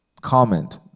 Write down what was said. comment